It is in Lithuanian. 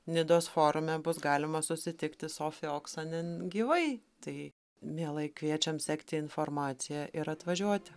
nidos forume bus galima susitikti sofi oksanen gyvai tai mielai kviečiam sekti informaciją ir atvažiuoti